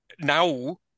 now